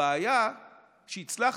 הבעיה היא שהצלחנו,